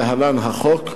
להלן: החוק,